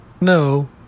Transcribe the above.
No